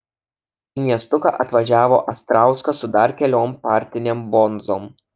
į miestuką atvažiavo astrauskas su dar keliom partinėm bonzom